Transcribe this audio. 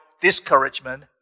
discouragement